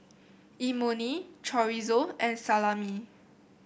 Imoni Chorizo and Salami